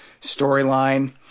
storyline